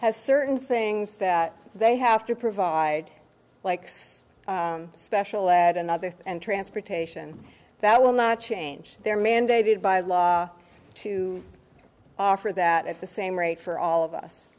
has certain things that they have to provide likes special add another and transportation that will not change their mandated by law to offer that at the same rate for all